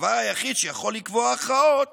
הדבר היחיד שיכול לקבוע הכרעות